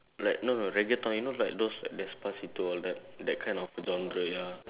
like no no Reggaeton you know like those despacito all that that kind of genre ya